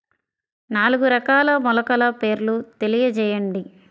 నాలుగు రకాల మొలకల పేర్లు తెలియజేయండి?